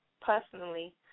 personally